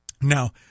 Now